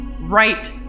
Right